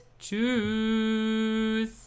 Tschüss